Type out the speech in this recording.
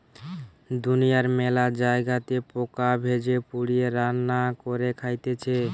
দুনিয়ার মেলা জায়গাতে পোকা ভেজে, পুড়িয়ে, রান্না করে খাইতেছে